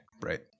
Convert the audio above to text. right